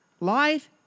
Life